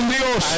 Dios